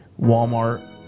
Walmart